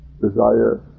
desire